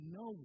no